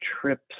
trips